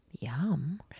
Yum